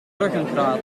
ruggengraat